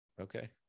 Okay